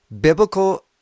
biblical